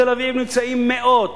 בתל-אביב נמצאים מאות,